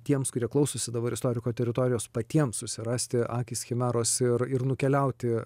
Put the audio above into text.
tiems kurie klausosi dabar istoriko teritorijos patiems susirasti akys chimeros ir ir nukeliauti